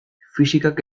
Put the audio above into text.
fisikak